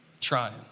trying